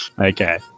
Okay